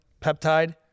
peptide